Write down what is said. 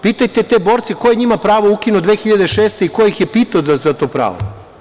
Pitajte te borce ko je njima pravo ukinuo 2006. i ko ih je pitao za to pravo.